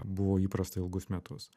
buvo įprasta ilgus metus